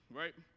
right